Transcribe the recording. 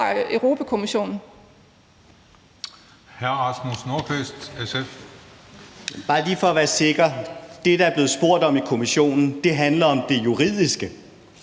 Det, der er blevet spurgt om i Kommissionen, handler om det juridiske,